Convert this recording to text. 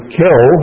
kill